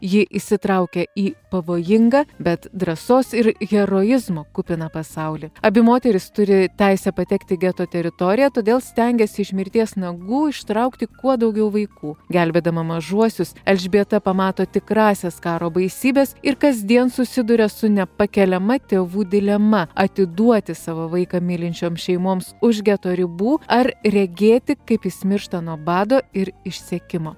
ji įsitraukė į pavojingą bet drąsos ir heroizmo kupiną pasaulį abi moterys turi teisę patekti į geto teritoriją todėl stengiasi iš mirties nagų ištraukti kuo daugiau vaikų gelbėdama mažuosius elžbieta pamato tikrąsias karo baisybes ir kasdien susiduria su nepakeliama tėvų dilema atiduoti savo vaiką mylinčiom šeimoms už geto ribų ar regėti kaip jis miršta nuo bado ir išsekimo